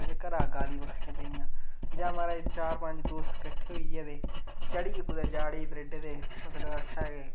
अजें घरा गालीं बक्खरी पेइयां जां महाराज चार पंज दोस्त कट्ठे होइयै ते चड़ियै कुदै जाड़े गी त्रेडे ते मतलब आखेआ के